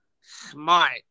Smart